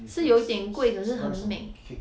是有点贵可是很美